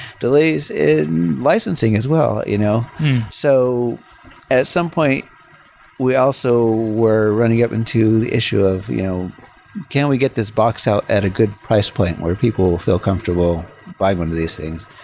delays in licensing as well. you know so at some point we also were running up into the issue of you know can we get this box out at a good price point where people will feel comfortable by one of these things?